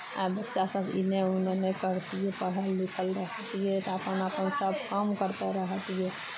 आ बच्चासभ एन्नऽ ओन्नऽ नहि करितियै पढ़ल लिखल रहितियै तऽ अपन अपन सभकाम करिते रहितियै